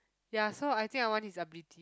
ya so I think I want his ability